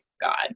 God